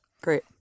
Great